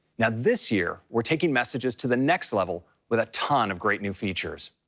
now this year we're taking messages to the next level with a ton of great new features.